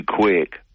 quick